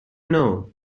know